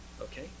Okay